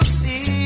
see